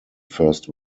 first